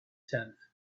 tenth